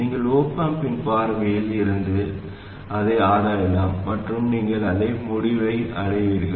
நீங்கள் op amp இன் பார்வையில் இருந்து அதை ஆராயலாம் மற்றும் நீங்கள் அதே முடிவை அடைவீர்கள்